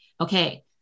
okay